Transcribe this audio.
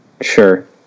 Sure